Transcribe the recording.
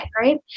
right